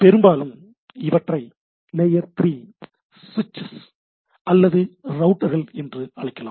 பெரும்பாலும் இவற்றை லேயர் 3 சுவிட்செஸ் அல்லது ரௌட்டர்கள் என்று அழைக்கலாம்